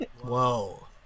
Whoa